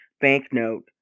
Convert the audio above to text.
banknote